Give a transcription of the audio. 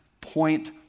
point